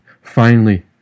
Finally